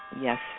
yes